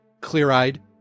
clear-eyed